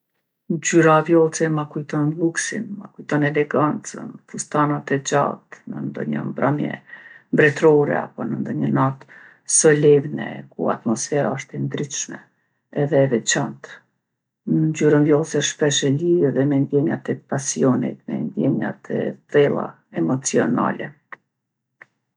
Ngjyra vjollce ma kujton lluksin, ma kujton elegancën, fustanat e gjatë në ndonjë mbrëmje mbretore apo në ndonjë natë solemne ku atmosfera osht e ndritshme edhe e veçantë. Ngjyrën vjollce shpesh e lidhi edhe me ndjenjat e pasionit, me ndjenjat e thella emocionale.